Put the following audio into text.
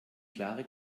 klare